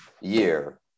year